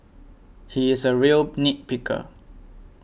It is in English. he is a real nit picker